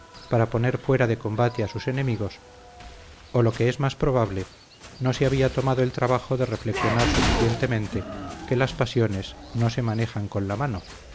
para poner fuera de combate a sus enemigos o lo que es más probable no se había tomado el trabajo de reflexionar suficientemente que las pasiones no se manejan con la mano